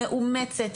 מאומצת,